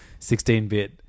16-bit